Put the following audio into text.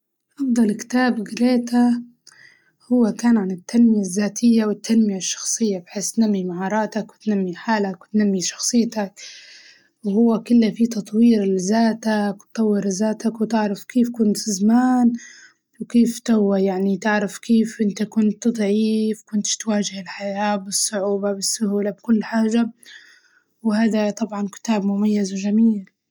أفضل كتاب قريته هو كان عن التنمية الزاتية والتنمية الشخصية بحيث تنمي مهاراتك وتنمي حالك وتنمي شخصيتك، وهو كنه في تطوير لزاتك وتطور زاتك وتعرف كيف كنت زمان وكيف توة يعني تعرف كيف أنت كنت ضعيف مكنتش تواجه الحياة بالصعوبة بالسهولة بكل حاجة، وهذا طبعاً كتاب مميز وجميل.